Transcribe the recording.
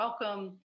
Welcome